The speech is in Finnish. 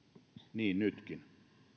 niin nytkin